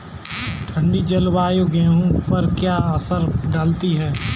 ठंडी जलवायु गेहूँ पर क्या असर डालती है?